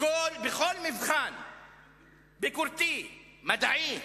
בכל מבחן ביקורתי, מדעי,